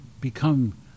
become